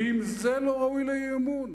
ואם זה לא ראוי לאי-אמון,